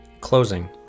Closing